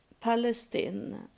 Palestine